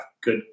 good